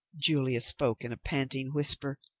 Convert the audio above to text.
julia spoke in a panting whisper.